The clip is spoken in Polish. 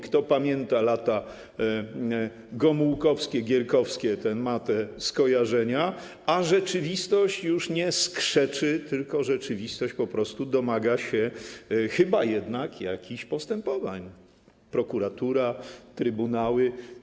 Kto pamięta lata gomułkowskie, gierkowskie, ten ma te skojarzenia, a rzeczywistość już nie skrzeczy, tylko rzeczywistość po prostu domaga się chyba jednak jakichś postepowań - prokuratury, trybunałów.